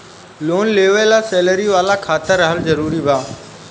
Loan लेवे ला salary वाला खाता रहल जरूरी बा?